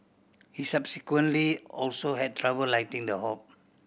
he subsequently also had trouble lighting the hob